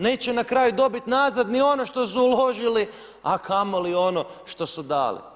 Neće na kraju dobiti nazad ni ono što su uložili, a kamoli ono što su dali.